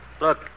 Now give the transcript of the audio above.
Look